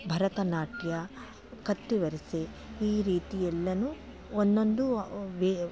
ಭರತನಾಟ್ಯ ಕತ್ತಿವರಸೆ ಈ ರೀತಿ ಎಲ್ಲಾನು ಒಂದೊಂದು ವೆ